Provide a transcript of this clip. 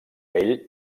ell